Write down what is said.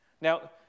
Now